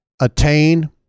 attain